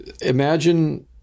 imagine